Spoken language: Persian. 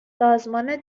سازمان